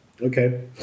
Okay